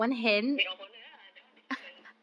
maid of honour ah that one different